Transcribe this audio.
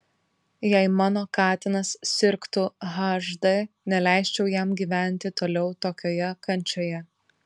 jei mano katinas sirgtų hd neleisčiau jam gyventi toliau tokioje kančioje